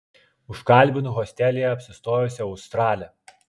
užkalbinu hostelyje apsistojusią australę